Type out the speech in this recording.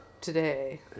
today